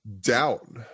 doubt